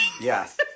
Yes